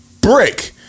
brick